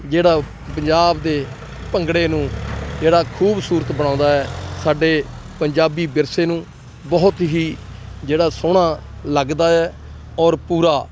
ਜਿਹੜਾ ਪੰਜਾਬ ਦੇ ਭੰਗੜੇ ਨੂੰ ਜਿਹੜਾ ਖੂਬਸੂਰਤ ਬਣਾਉਂਦਾ ਹੈ ਸਾਡੇ ਪੰਜਾਬੀ ਵਿਰਸੇ ਨੂੰ ਬਹੁਤ ਹੀ ਜਿਹੜਾ ਸੋਹਣਾ ਲੱਗਦਾ ਹੈ ਔਰ ਪੂਰਾ